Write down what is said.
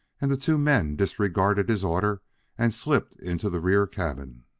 and the two men disregarded his order and slipped into the rear cabin.